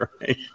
right